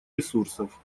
ресурсов